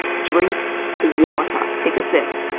drink water? take a sip?